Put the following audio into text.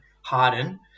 Harden